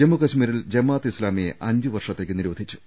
ജമ്മു കശ്മീരിൽ ജമാഅത്തെ ഇസ്ലാമിയെ അഞ്ച് വർഷത്തേക്ക് നിരോധിച്ചു